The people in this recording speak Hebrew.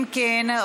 אם כן,